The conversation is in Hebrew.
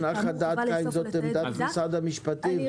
זאת עמדת משרד המשפטים.